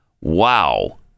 Wow